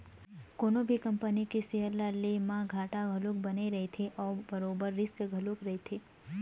कोनो भी कंपनी के सेयर ल ले म घाटा घलोक बने रहिथे अउ बरोबर रिस्क घलोक रहिथे